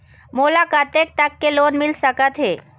मोला कतेक तक के लोन मिल सकत हे?